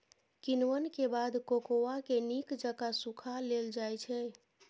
किण्वन के बाद कोकोआ के नीक जकां सुखा लेल जाइ छइ